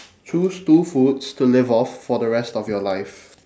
choose two foods to live off for the rest of your life